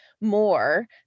More